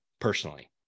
Personally